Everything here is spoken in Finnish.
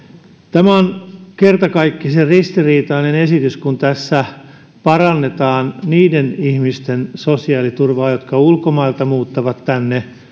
tämä on kertakaikkisen ristiriitainen esitys kun tässä parannetaan niiden ihmisten sosiaaliturvaa jotka ulkomailta muuttavat tänne